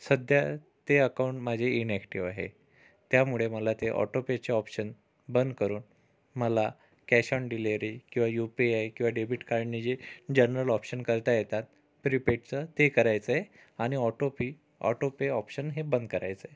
सध्या ते अकाउंट माझे इनऍक्टिव्ह आहे त्यामुळे मला ते ऑटोपेचे ऑपशन बंद करून मला कॅश ऑन डिलिव्हरी किंवा यू पी आय किंवा डेबिट कार्ड नि जे जनरल ऑप्शन करता येतात प्रीपेड चं ते करायचं आहे आणि ऑटोपे ऑटोपे ऑप्शन हे बंद करायचे आहे